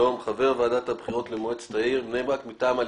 חבר ועדת הבחירות למועצת העיר בני ברק מטעם הליכוד,